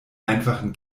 einfachen